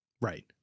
Right